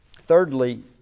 Thirdly